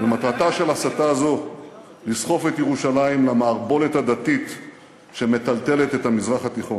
שמטרתה לסחוף את ירושלים למערבולת הדתית שמטלטלת את המזרח התיכון.